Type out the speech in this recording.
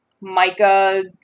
Micah